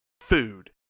food